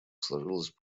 сложилась